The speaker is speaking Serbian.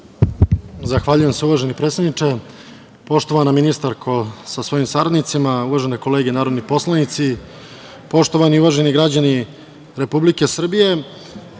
Zahvaljujem se uvaženi predsedniče. Poštovana ministarko sa svojim saradnicima, uvažene kolege narodni poslanici, poštovani i uvaženi građani Republike Srbije,